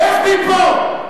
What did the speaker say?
לך מפה.